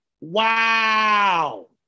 Wow